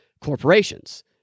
corporations